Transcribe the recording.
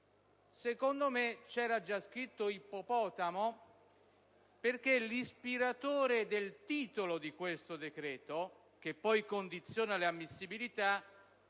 Secondo me c'era già scritto ippopotamo, perché l'ispiratore del titolo di questo decreto, che poi condiziona le ammissibilità,